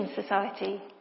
society